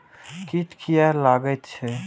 कीट किये लगैत छै?